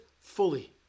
fully